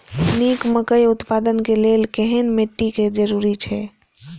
निक मकई उत्पादन के लेल केहेन मिट्टी के जरूरी छे?